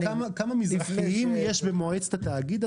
אגב, אתה יודע כמה מזרחיים יש במועצת התאגיד?